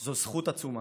זה זכות עצומה.